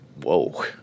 Whoa